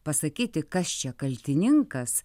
pasakyti kas čia kaltininkas